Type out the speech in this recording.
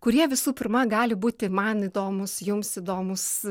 kurie visų pirma gali būti man įdomūs jums įdomūs